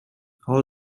all